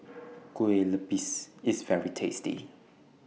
Kue Lupis IS very tasty